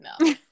no